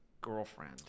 girlfriend